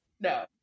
No